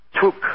took